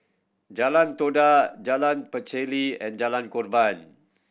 Jalan Todak Jalan Pacheli and Jalan Korban